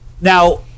now